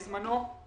בשעתו.